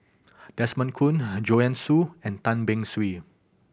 Desmond Kon Joanne Soo and Tan Beng Swee